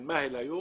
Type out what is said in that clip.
הוא היום